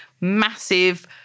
massive